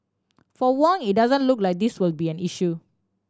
for Wong it doesn't look like this will be an issue